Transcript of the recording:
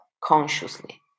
consciously